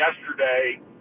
yesterday